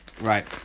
Right